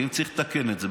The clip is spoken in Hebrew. ואם צריך לתקן את זה,